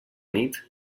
nit